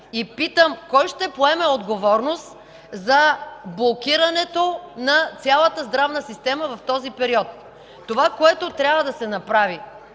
Питам: кой ще поеме отговорност за блокирането на цялата здравна система в този период?! Това, което трябва да се направи,